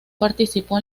participó